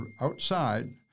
outside